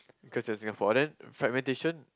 cause you're in Singapore and then fragmentation